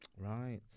Right